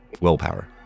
Willpower